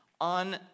on